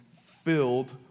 filled